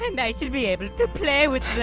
and should be able to play with